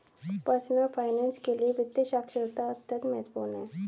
personal finance के लिए वित्तीय साक्षरता अत्यंत महत्वपूर्ण है